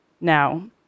Now